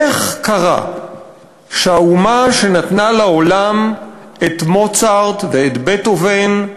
איך קרה שהאומה שנתנה לעולם את מוצרט ואת בטהובן,